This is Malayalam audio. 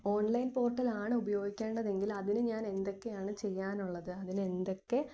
ഓൺലൈൻ പോട്ടലാണുപയോഗിക്കേണ്ടതെങ്കിൽ അതില് ഞാനെന്തൊക്കെയാണ് ചെയ്യാനുള്ളത് അതിനെന്തൊക്കെ